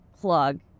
plug